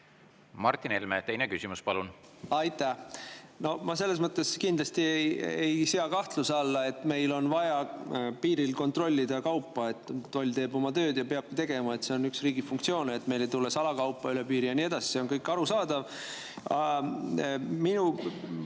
Martin Helme, teine küsimus, palun! Aitäh! Ma selles mõttes kindlasti ei sea kahtluse alla seda, et meil on vaja piiril kontrollida kaupa. Toll teeb oma tööd ja peabki tegema. See on üks riigi funktsioon, et meile ei tule salakaupa üle piiri ja nii edasi. See kõik on arusaadav.